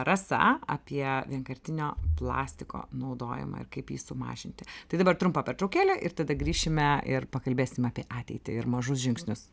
rasa apie vienkartinio plastiko naudojimą ir kaip jį sumažinti tai dabar trumpa pertraukėlė ir tada grįšime ir pakalbėsime apie ateitį ir mažus žingsnius